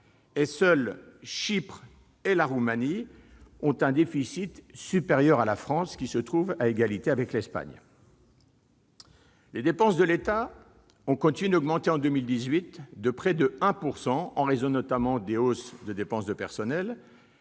et seules Chypre et la Roumanie ont un déficit supérieur à celui de la France, qui se trouve à égalité avec l'Espagne. Les dépenses de l'État ont continué d'augmenter en 2018, de près de 1 %, notamment en raison des hausses de dépenses de personnel.